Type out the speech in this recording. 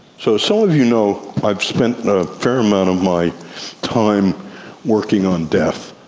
so some of you know i have spent a fair amount of my time working on death,